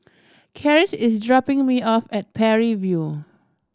karis is dropping me off at Parry View